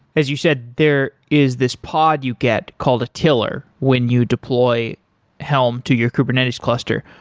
as you said, there is this pod you get called a tiller when you deploy helm to your kubernetes cluster.